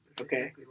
Okay